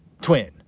twin